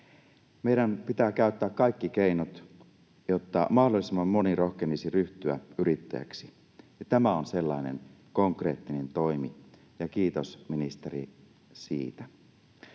Meidän pitää käyttää kaikki keinot, jotta mahdollisimman moni rohkenisi ryhtyä yrittäjäksi, ja tämä on sellainen konkreettinen toimi — kiitos, ministeri, siitä.